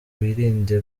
wirinde